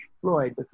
Floyd